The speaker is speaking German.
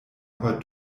aber